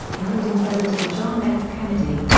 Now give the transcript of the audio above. including president john f. kennedy.